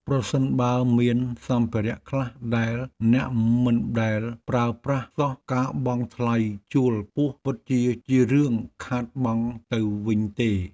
ប្រសិនបើមានសម្ភារៈខ្លះដែលអ្នកមិនដែលប្រើប្រាស់សោះការបង់ថ្លៃជួលខ្ពស់ពិតជាជារឿងខាតបង់ទៅវិញទេ។